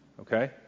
okay